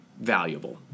valuable